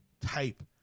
type